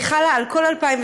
היא חלה על כל 2016,